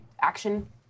action